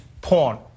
porn